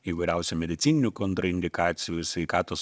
įvairiausių medicininių kontraindikacijų sveikatos